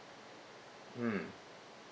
hmm